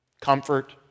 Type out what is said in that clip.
comfort